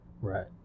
right